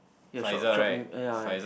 your short short name uh yeah